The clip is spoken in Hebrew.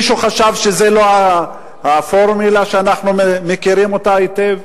מישהו חשב שזה לא הפורמולה שאנחנו מכירים אותה היטב?